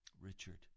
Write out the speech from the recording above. Richard